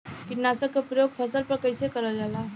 कीटनाशक क प्रयोग फसल पर कइसे करल जाला?